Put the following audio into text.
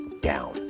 down